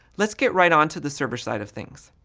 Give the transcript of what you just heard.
let's get right on to the server side of things.